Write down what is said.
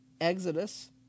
Exodus